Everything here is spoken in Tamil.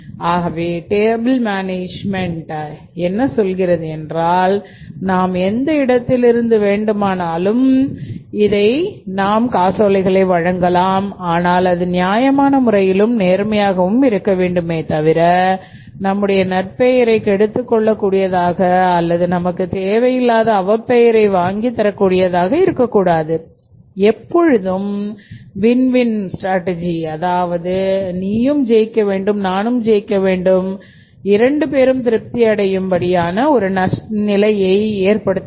ஆகவே பேயபில்ஸ்யபில் மேனேஜ்மென்ட்PAYABLES MANAGEMENT என்ன சொல்கிறது என்றால் நாம் எந்த இடத்தில் இருந்து வேண்டுமானாலும் எழுதலாம் ஆனால் அது நியாயமான முறையிலும் நேர்மையாகவும் இருக்க வேண்டுமே தவிர நம்முடைய நற் பெயரை கெடுத்துக் கொள்ளக் கூடியதாக அல்லது நமக்கு தேவையில்லாத அவப் பெயரை வாங்கித் தரக் கூடியதாக இருக்கக் கூடாது எப்பொழுதும் எப்பொழுதும் வின் வின் அதாவது இரண்டு பேரும் திருப்தி அடையும் படியான ஒரு நிலையை ஏற்பட வேண்டும்